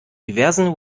diversen